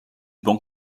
ban